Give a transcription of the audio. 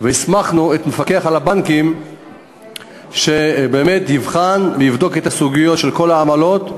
והסמכנו את המפקח על הבנקים לבחון ולבדוק את הסוגיות של כל העמלות,